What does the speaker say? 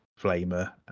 flamer